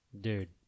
Dude